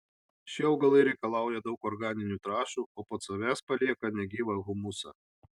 šie augalai reikalauja daug organinių trąšų o po savęs palieka negyvą humusą